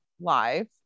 live